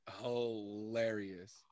hilarious